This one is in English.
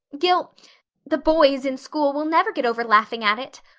gil the boys in school will never get over laughing at it.